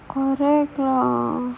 correct lah